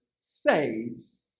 saves